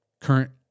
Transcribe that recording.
current